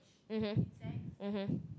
mmhmm mmhmm